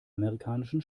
amerikanischen